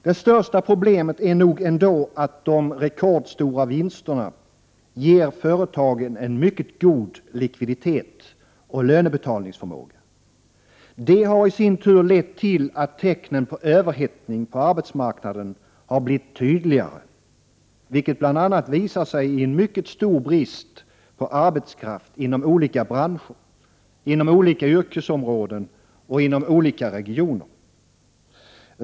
Det största problemet är nog ändå att de rekordstora vinsterna ger företagen en mycket god likviditet och lönebetalningsförmåga. Detta har i sin tur lett till att tecknen på överhettning på arbetsmarknaden blivit tydligare, vilket bl.a. visar sig i en mycket stor brist på arbetskraft inom olika branscher, yrkesområden och regioner.